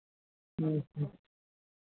ᱦᱮᱸ ᱦᱮᱸ